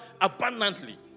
abundantly